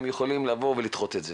הם יכולים לבוא ולדחות את זה.